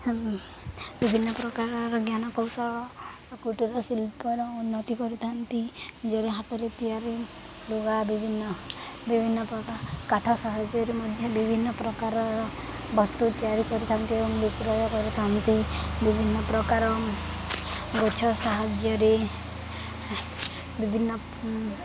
ବିଭିନ୍ନ ପ୍ରକାରର ଜ୍ଞାନ କୌଶଳ କୁଟୀର ଶିଳ୍ପର ଉନ୍ନତି କରିଥାନ୍ତି ନିଜର ହାତରେ ତିଆରି ଲୁଗା ବିଭିନ୍ନ ବିଭିନ୍ନ ପ୍ରକାର କାଠ ସାହାଯ୍ୟରେ ମଧ୍ୟ ବିଭିନ୍ନ ପ୍ରକାରର ବସ୍ତୁ ତିଆରି କରିଥାନ୍ତି ଏବଂ ବିକ୍ରୟ କରିଥାନ୍ତି ବିଭିନ୍ନ ପ୍ରକାର ଗଛ ସାହାଯ୍ୟରେ ବିଭିନ୍ନ